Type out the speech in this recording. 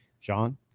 John